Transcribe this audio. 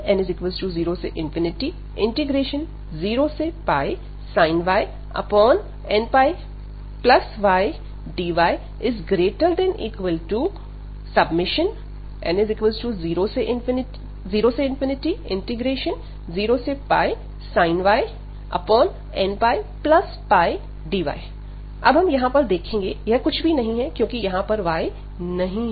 n00sin y nπydyn00sin y nππdy अब यहां पर हम देखेंगे यह कुछ भी नहीं है क्योंकि यहां पर y नहीं है